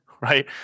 right